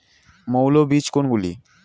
মৌল বীজ কোনগুলি?